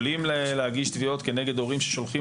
אתם יכולים להגיש תביעות כנגד הורים ששולחים